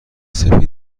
سفید